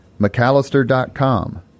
McAllister.com